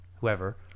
Whoever